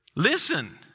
Listen